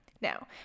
Now